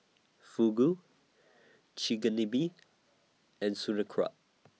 Fugu Chigenabe and through kraut